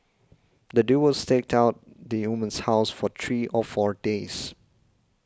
the duo was staked out the woman's house for three or four days